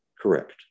correct